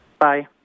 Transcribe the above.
Bye